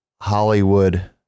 Hollywood